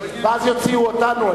ואז יוציאו אותנו.